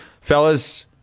Fellas